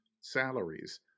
salaries